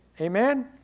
Amen